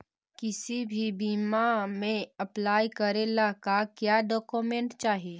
किसी भी बीमा में अप्लाई करे ला का क्या डॉक्यूमेंट चाही?